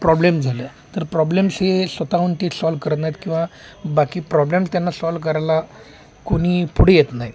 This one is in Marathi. प्रॉब्लेम झालं तर प्रॉब्लेम्स हे स्वतःहून ते सॉल्व्ह करत नाहीत किंवा बाकी प्रॉब्लेम त्यांना सॉल्व करायला कोणी पुढे येत नाहीत